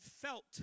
felt